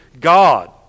God